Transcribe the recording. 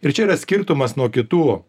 ir čia yra skirtumas nuo kitų